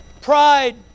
Pride